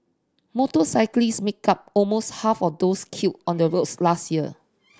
motorcyclist make up almost half of those killed on the roads last year